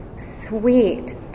sweet